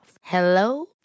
Hello